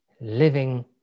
living